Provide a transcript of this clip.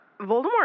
Voldemort